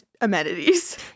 amenities